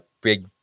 big